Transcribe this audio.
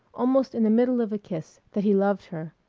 almost in the middle of a kiss, that he loved her,